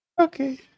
Okay